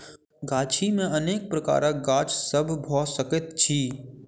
गाछी मे अनेक प्रकारक गाछ सभ भ सकैत अछि